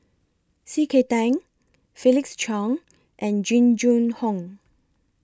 C K Tang Felix Cheong and Jing Jun Hong